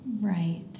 Right